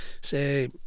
Say